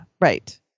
right